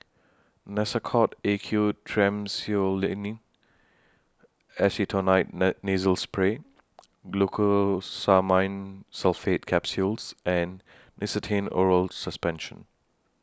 Nasacort A Q Triamcinolone Acetonide Nasal Spray Glucosamine Sulfate Capsules and Nystatin Oral Suspension